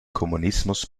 kommunismus